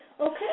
Okay